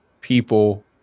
people